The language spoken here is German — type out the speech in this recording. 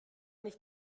nicht